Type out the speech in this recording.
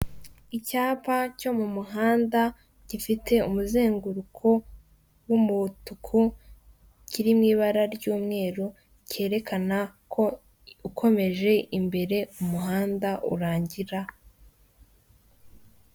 Icyapa cyo mu muhanda, gifite umuzenguruko w'umutuku, kiri mu ibara ry'umweru, cyerekana ko ukomeje imbere umuhanda urangira.